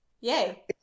yay